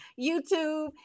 YouTube